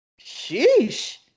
sheesh